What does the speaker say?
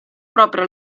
propria